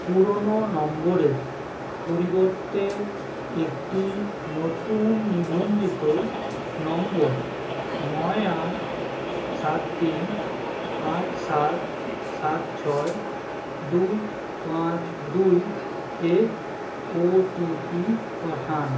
পুরোনো নম্বরের পরিবর্তে একটি নতুন নিবন্ধিত নম্বর নয় আট সাত তিন আট সাত সাত ছয় দুই পাঁচ দুই এ ওটিপি পাঠান